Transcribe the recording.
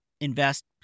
invest